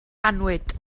annwyd